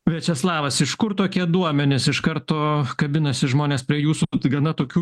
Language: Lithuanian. viačeslavas iš kur tokie duomenys iš karto kabinasi žmonės prie jūsų gana tokių